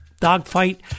dogfight